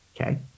Okay